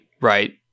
right